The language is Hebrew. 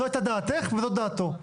זו הייתה דעתך וזו דעתו.